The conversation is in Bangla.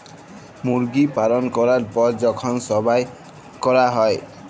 মুরগি পালল ক্যরার পর যখল যবাই ক্যরা হ্যয়